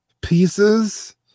pieces